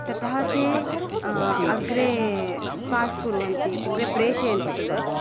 ततः ते अग्रे पास् कुर्वन्ति अग्रे प्रेषयन्ति तत्